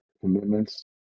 commitments